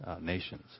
nations